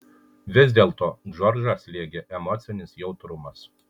vis dėlto džordžą slėgė emocinis jautrumas